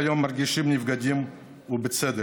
לתקנון הכנסת,